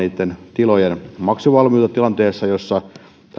tilojen maksuvalmiutta tilanteessa jossa